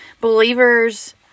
Believers